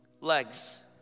legs